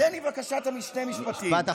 תן לי בבקשה שני משפטים.